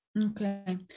Okay